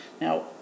Now